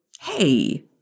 Hey